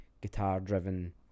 guitar-driven